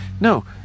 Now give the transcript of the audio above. No